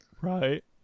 Right